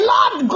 Lord